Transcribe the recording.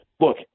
Look